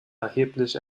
erheblich